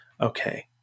okay